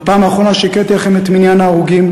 בפעם האחרונה שהקראתי לכם את מניין ההרוגים,